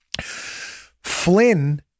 Flynn